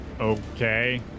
Okay